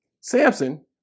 Samson